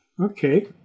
okay